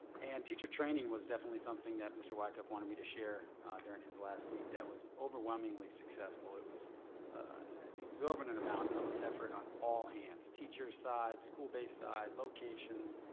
and teacher training was definitely something that mr. wycuff wanted me to share during his last week. that was overwhelmingly successful. it was an exorbitant amount of effort on all hands. teachers side, school base side, locations,